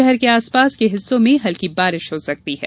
शहर के आसपास के हिस्सों में हल्की बारिश हो सकती है